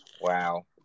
Wow